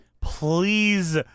please